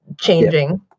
changing